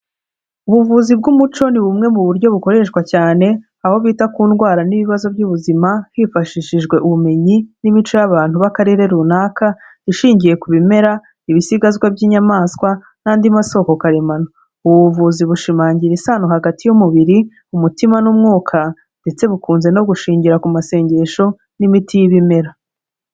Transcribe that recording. Ubuvuzi bw'umuco ni bumwe mu buryo bukoreshwa cyane, aho bita ku ndwara n'ibibazo by'ubuzima, hifashishijwe ubumenyi n'imico y'abantu b'akarere runaka, ishingiye ku bimera, ibisigazwa by'inyamaswa, n'andi masoko karemano, ubu buvuzi bushimangira isano hagati y'umubiri, umutima n'umwuka, ndetse bukunze no gushingira ku masengesho n'imiti y'ibimera.